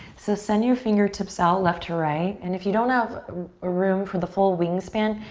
so send your fingertips out left to right. and if you don't have a room for the full wing span,